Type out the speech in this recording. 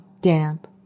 damp